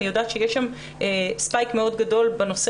אני יודעת שיש ספייק מאוד גדול בנושא